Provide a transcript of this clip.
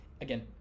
again